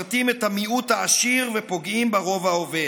תהליכים אלו יאפשרו לחזק את מעמדם של דורשי העבודה בשוק העבודה